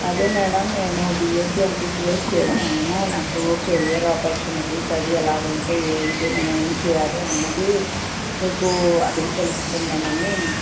అదే మేడం నేను BSc MPCS చేశాను నాకు కెరీర్ ఆపర్చునిటీస్ అది ఎలా ఉంటాయి ఎంటి నేను ఏం చెయ్యాలి అన్నది మీకు అడిగి తెలుసుకుందామని